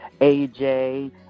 AJ